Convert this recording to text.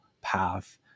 path